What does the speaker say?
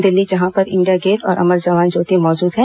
दिल्ली जहां पर India Gate और अमर जवान ज्योति मौजूद है